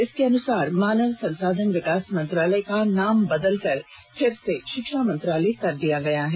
इसके अनुसार मानव संसाधन विकास मंत्रालय का नाम बदलकर फिर से शिक्षा मंत्रालय कर दिया गया हैं